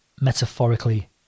metaphorically